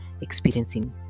experiencing